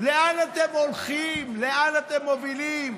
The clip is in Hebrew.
לאן אתם הולכים, לאן אתם מובילים?